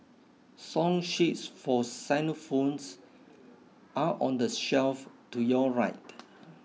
song sheets for xylophones are on the shelf to your right